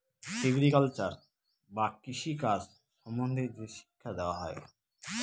agriculture বা কৃষি কাজ সম্বন্ধে যে শিক্ষা দেওয়া হয়